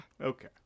Okay